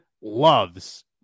loves